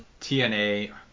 TNA